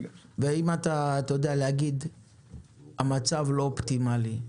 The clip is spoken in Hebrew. אתה יודע להגיד שהמצב לא אופטימלי,